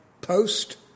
post